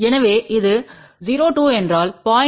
எனவே இது 0 2 என்றால் 0